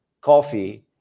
coffee